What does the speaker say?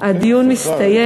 הדיון הסתיים,